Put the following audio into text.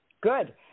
Good